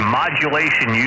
modulation